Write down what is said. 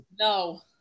No